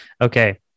Okay